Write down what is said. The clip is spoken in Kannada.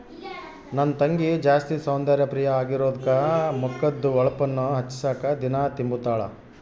ನನ್ ತಂಗಿ ಜಾಸ್ತಿ ಸೌಂದರ್ಯ ಪ್ರಿಯೆ ಆಗಿರೋದ್ಕ ಮಕದ್ದು ಹೊಳಪುನ್ನ ಹೆಚ್ಚಿಸಾಕ ದಿನಾ ತಿಂಬುತಾಳ